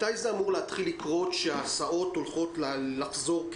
מתי ההסעות הולכות לחזור?